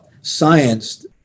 science